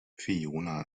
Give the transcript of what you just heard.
fiona